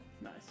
Nice